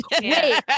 Wait